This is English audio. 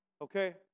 Okay